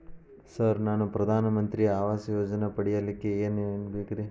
Sir ನಾನು ಪ್ರಧಾನ ಮಂತ್ರಿ ಆವಾಸ್ ಯೋಜನೆ ಪಡಿಯಲ್ಲಿಕ್ಕ್ ಏನ್ ಏನ್ ಬೇಕ್ರಿ?